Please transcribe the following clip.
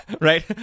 right